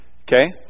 Okay